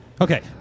Okay